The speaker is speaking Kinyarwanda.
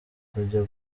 kujya